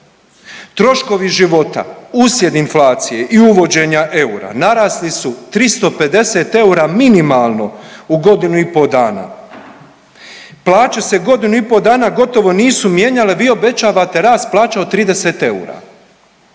Troškovi života uslijed inflacije i uvođenja eura narasli su 350 eura minimalno u godinu i po dana. Plaće se godinu i po dana gotovo nisu mijenjale, a vi obećavate rast plaća od 30 eura,